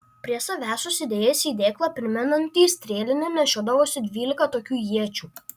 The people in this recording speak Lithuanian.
prie savęs susidėjęs į dėklą primenantį strėlinę nešiodavosi dvylika tokių iečių